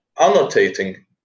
annotating